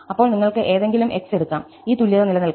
അപ്പോൾ നിങ്ങൾക്ക് ഏതെങ്കിലും x എടുക്കാം ഈ തുല്യത നിലനിൽക്കും